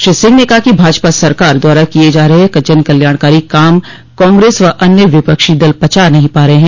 श्रो सिंह ने कहा कि भाजपा सरकार द्वारा किये जा रहे जनकल्याणकारी काम कांग्रेस व अन्य विपक्षी दल पचा नहीं पा रहे हैं